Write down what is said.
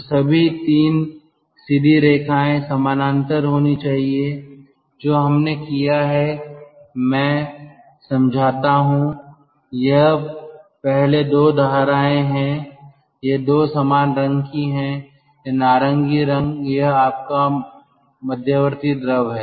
तो सभी 3 सीधी रेखाएं समानांतर होनी चाहिए जो हमने किया है मैं समझाता हूं ये पहले 2 धाराएं है ये 2 समान रंग की हैं यह नारंगी रंग यह आपका मध्यवर्ती द्रव है